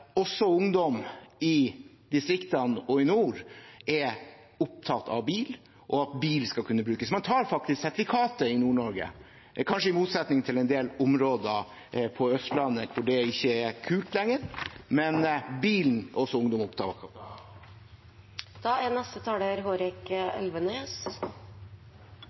også ungdom i distriktene og i nord er opptatt av bil og at bil skal kunne brukes. Man tar faktisk sertifikat i Nord-Norge, kanskje i motsetning til i en del områder på Østlandet hvor det ikke er kult lenger. Men bilen er også ungdom